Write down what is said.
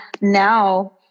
now